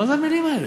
מה זה המילים האלה?